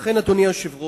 לכן, אדוני היושב-ראש,